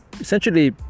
essentially